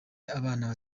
abana